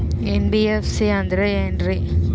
NBFC ಅಂದ್ರ ಏನ್ರೀ?